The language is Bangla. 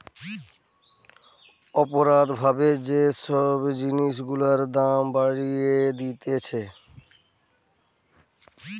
অপরাধ ভাবে যে সব জিনিস গুলার দাম বাড়িয়ে দিতেছে